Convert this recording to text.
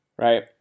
right